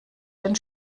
den